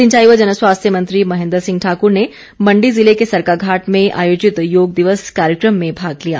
सिंचाई व जनस्वास्थ्य मंत्री महेन्द्र सिंह ठाक्र ने मंडी जिले के सरकाघाट में आयोजित योग दिवस कार्यक्रम में भाग लिया